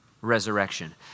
resurrection